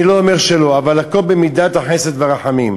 אני לא אומר שלא, אבל הכול במידת החסד והרחמים.